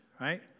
right